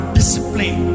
discipline